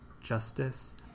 justice